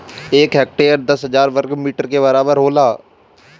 एक हेक्टेयर दस हजार वर्ग मीटर के बराबर होला